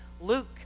Luke